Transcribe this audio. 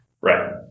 Right